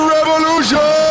Revolution